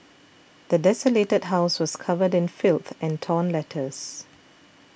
the desolated house was covered filth and torn letters